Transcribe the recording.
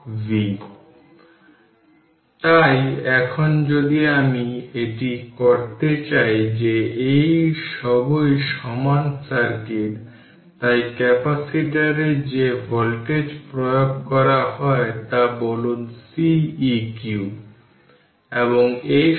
সুতরাং পরবর্তীতে t0 t 0 এর আগে চিত্র 15 এ দেখানো সার্কিটটি বিবেচনা করুন ক্যাপাসিটর C1 এ একটি ভোল্টেজ v1 100 ভোল্টে চার্জ করা হয়েছে এবং অন্য ক্যাপাসিটরের কোনো চার্জ নেই যা v2 0 যা আনচার্জ করা হয়েছে